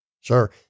Sure